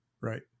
Right